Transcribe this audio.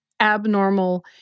abnormal